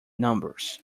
numbers